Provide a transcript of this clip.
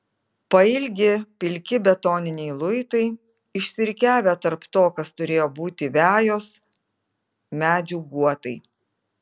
pailgi pilki betoniniai luitai išsirikiavę tarp to kas turėjo būti vejos medžių guotai